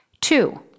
Two